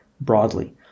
broadly